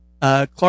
Clark